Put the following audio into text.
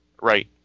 Right